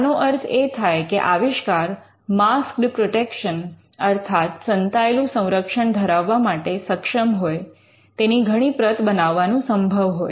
આનો અર્થ એ થાય કે આવિષ્કાર માસ્ક્ડ પ્રોટેક્શન અર્થાત સંતાયેલું સંરક્ષણ ધરાવવા માટે સક્ષમ હોય તેની ઘણી પ્રત બનાવવાનું સંભવ હોય